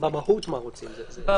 אני